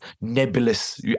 nebulous